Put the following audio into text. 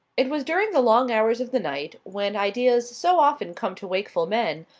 it was during the long hours of the night, when ideas so often come to wakeful men,